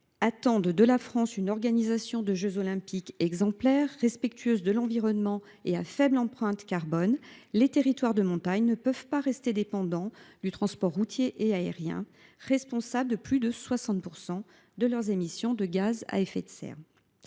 attendent de la France une organisation de jeux Olympiques exemplaire, respectueuse de l’environnement et à faible empreinte carbone, les territoires de montagne ne peuvent rester dépendants du transport routier et aérien, responsables de plus de 60 % des émissions de gaz à effet de serre.